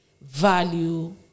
value